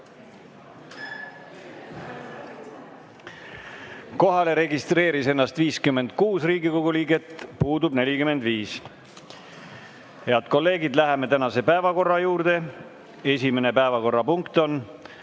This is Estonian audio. Kohalolijaks registreeris ennast 56 Riigikogu liiget, puudub 45. Head kolleegid, läheme tänase päevakorra juurde. Esimene päevakorrapunkt on